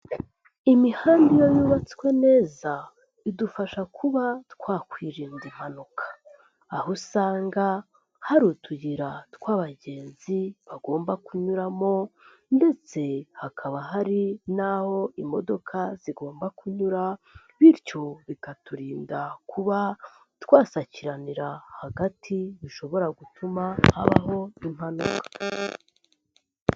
Imihanda iyo yubatswe neza idufasha kuba twakwirinda impanuka, aho usanga hari utuyira tw'abagenzi bagomba kunyuramo ndetse hakaba hari n'aho imodoka zigomba kunyura bityo bikaturinda kuba twasakiranira hagati bishobora gutuma habaho impanuka.